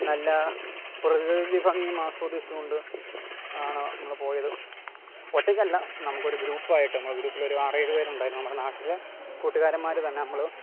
നല്ല പ്രകൃതി ഭംഗിയും ആസ്വദിച്ചു കൊണ്ട് ആണ് നമ്മൾ പോയത് ഒറ്റക്കല്ല നമുക്ക് ഒരു ഗ്രൂപായിട്ട് നമ്മുടെ ഗ്രൂപ്പിലൊരു ആറ് ഏഴ് പേരുണ്ടായിരുന്നു നമ്മുടെ നാട്ടിൽ കൂട്ടുകാരന്മാർ തന്നെ നമ്മൾ